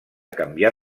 canviar